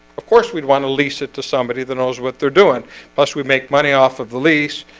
of course, we'd want to lease it to somebody that knows what they're doing plus we make money off of the lease